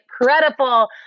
incredible